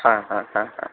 हा हा हा हा